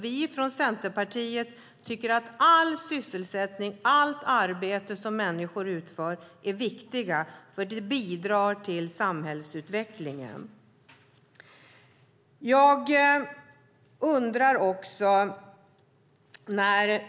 Vi i Centerpartiet tycker att all sysselsättning och allt arbete som människor utför är viktigt eftersom det bidrar till samhällsutvecklingen.